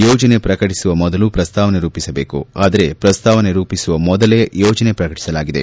ಯೋಜನೆ ಪ್ರಕಟಿಸುವ ಮೊದಲು ಪ್ರಸ್ತಾವನೆ ರೂಪಿಸಬೇಕು ಆದರೆ ಪ್ರಸ್ತಾವನೆ ರೂಪಿಸುವ ಮೊದಲೇ ಯೋಜನೆ ಪ್ರಕಟಿಸಲಾಗಿದೆ